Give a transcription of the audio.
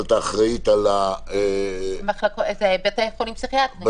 עם האחראית על -- בתי חולים פסיכיאטריים.